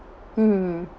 mm